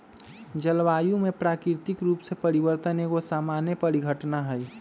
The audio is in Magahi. जलवायु में प्राकृतिक रूप से परिवर्तन एगो सामान्य परिघटना हइ